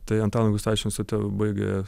tai antano gustaičio institutą baigę